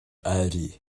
airí